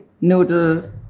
noodle